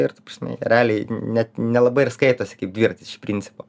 ir ta prasme jie realiai net nelabai ir skaitosi kaip dviratis iš principo